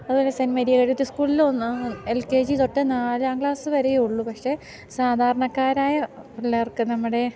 അതുപോലെ saint Mary അവിടുത്തെ സ്കൂളിൽ ഒന്ന് എൽ എൽ കെ ജി തൊട്ട് നാലാം ക്ലാസ് വരെയേ ഉള്ളു പക്ഷേ സാധാരണക്കാരായ പിള്ളേർക്ക് നമ്മുടെ